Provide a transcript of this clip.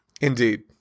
Indeed